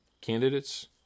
candidates